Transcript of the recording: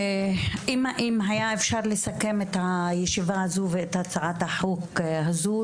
אם היה אפשר לסכם את הישיבה הזאת ואת הצעת החוק הזו,